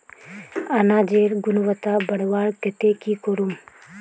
अनाजेर गुणवत्ता बढ़वार केते की करूम?